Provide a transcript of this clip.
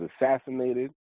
assassinated